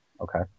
Okay